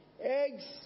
eggs